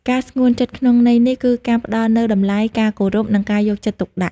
ការស្ងួនចិត្តក្នុងន័យនេះគឺការផ្តល់នូវតម្លៃ ការគោរព និងការយកចិត្តទុកដាក់។